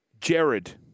Jared